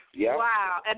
Wow